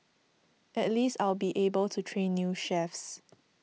at least I'll be able to train new chefs